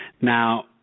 Now